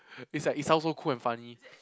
it's like it sounds so cool and funny